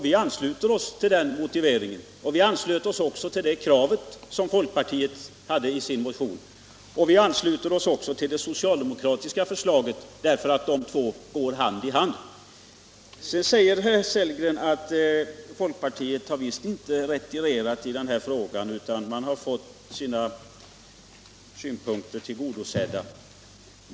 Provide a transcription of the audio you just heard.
Vi ansluter oss till den motiveringen och till kravet i folkpartiets motion, och vi ansluter oss även till det socialdemokratiska förslaget, därför att de båda förslagen går hand i hand. Vidare säger herr Sellgren att folkpartiet har visst inte retirerat i denna fråga, utan man har fått sina synpunkter tillgodosedda.